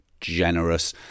generous